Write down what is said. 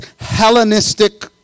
Hellenistic